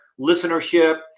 listenership